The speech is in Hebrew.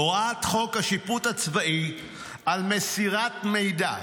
הוראות חוק השיפוט הצבאי על מסירת מידע,